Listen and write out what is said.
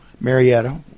Marietta